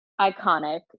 Iconic